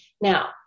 now